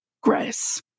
Grace